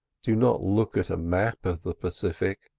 do not look at a map of the pacific,